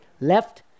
left